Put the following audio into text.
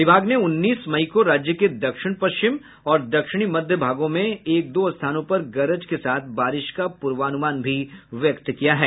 विभाग ने उन्नीस मई को राज्य के दक्षिण पश्चिम और दक्षिणी मध्य भागों में एक दो स्थानों पर गरज के साथ बारिश का पूर्वानुमान भी यक्त किया है